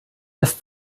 das